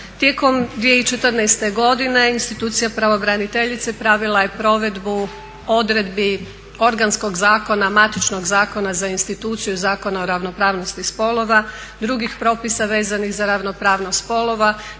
Tijekom 2014. godine institucija pravobraniteljice pravila je provedbu odredbi organskog zakona, matičnog zakona za institucija Zakona o ravnopravnosti spolova, drugih propisa vezanih za ravnopravnost spolova,